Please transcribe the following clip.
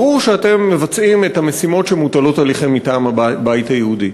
ברור שאתם מבצעים את המשימות שמוטלות עליכם מטעם הבית היהודי.